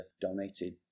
donated